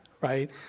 right